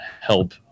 help